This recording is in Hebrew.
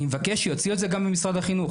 אני מבקש שיוציאו את זה גם ממשרד החינוך.